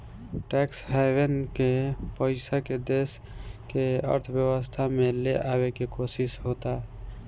tax haven के पइसा के देश के अर्थव्यवस्था में ले आवे के कोशिस होता